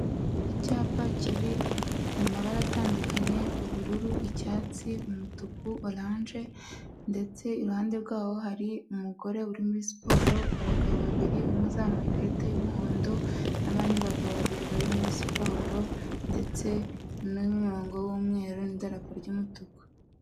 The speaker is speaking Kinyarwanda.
Icyapa kiri mu mabara atandukanye ubururu, icyatsi, umutuku, oranje ndetse iruhande rwaho hari umugore uri muri siporo, abagabo babiri umwe uzamuye ikarita y'umuhondo n'abandi bagabo babiri bari muri siporo, ndetse n'umurongo w'umweru n'idarapo ry'umutuku.